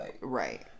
right